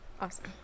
Awesome